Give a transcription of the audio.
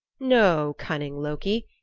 no, cunning loki,